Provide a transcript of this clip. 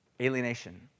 alienation